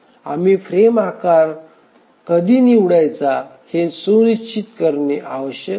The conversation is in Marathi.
आम्ही फ्रेम आकार कधी निवडायचा हे सुनिश्चित करणे आवश्यक आहे